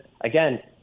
again